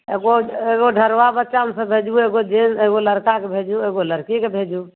एगो एगो ढेरबा बच्चामेसे भेजू एगो जेन एगो लड़काके भेजू एगो लड़कीके भेजू